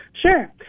Sure